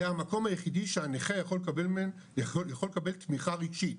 זה המקום היחידי שהנכה יכול לקבל תמיכה רגשית